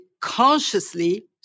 consciously